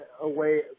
away